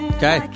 Okay